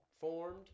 formed